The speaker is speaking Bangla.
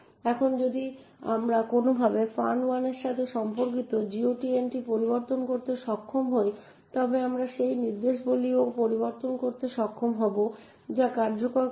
এখন যদি আমরা কোনোভাবে fun1 এর সাথে সম্পর্কিত GOT এন্ট্রি পরিবর্তন করতে সক্ষম হই তবে আমরা সেই নির্দেশাবলীও পরিবর্তন করতে সক্ষম হব যা কার্যকর করা হয়